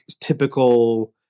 typical